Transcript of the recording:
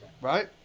Right